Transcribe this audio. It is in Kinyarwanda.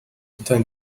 rotary